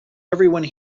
everyone